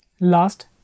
Last